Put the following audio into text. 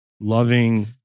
loving